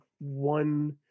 one